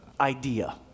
idea